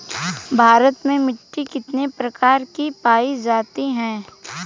भारत में मिट्टी कितने प्रकार की पाई जाती हैं?